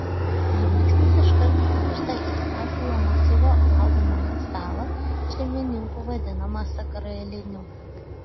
žvilgsnis iškart krypsta į ąžuolo masyvo valgomojo stalą šeimininkų vadinamą sakraliniu